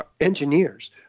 engineers